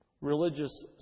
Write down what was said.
religious